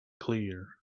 clear